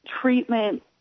treatment